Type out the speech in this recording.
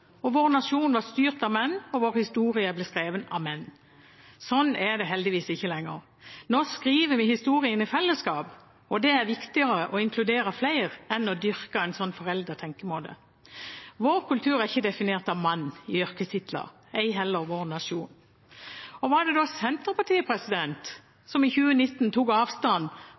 Vår nasjon var styrt av menn, og vår historie ble skrevet av menn. Sånn er det heldigvis ikke lenger. Nå skriver vi historien i fellesskap, og det er viktigere å inkludere flere enn å dyrke en sånn foreldet tenkemåte. Vår kultur er ikke definert av «mann» i yrkestitler, ei heller vår nasjon. Var det Senterpartiet som i 2019 tok avstand